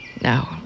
No